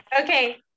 Okay